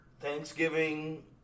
Thanksgiving